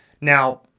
now